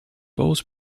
boat